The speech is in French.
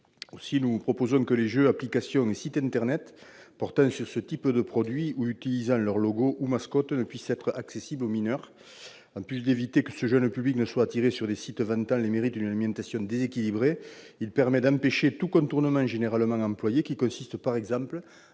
Ainsi, nous proposons que les jeux, applications et sites internet portant sur ce type de produits ou utilisant leur logo ou mascotte ne puissent être accessibles aux mineurs. En plus d'éviter que ce jeune public ne soit attiré sur des sites vantant les mérites d'une alimentation déséquilibrée, l'adoption de cet amendement permettra d'empêcher tout contournement,